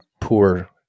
poor